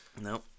no